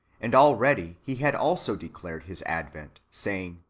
and already he had also declared his advent, saying,